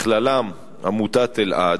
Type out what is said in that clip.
בכללם עמותת אלע"ד,